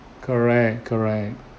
correct correct